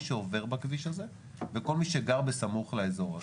שעובר בכביש הזה וכל מי שגר בסמוך לאזור הזה.